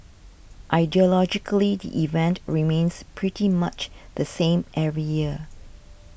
ideologically the event remains pretty much the same every year